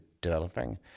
developing